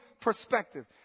perspective